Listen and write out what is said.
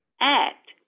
Act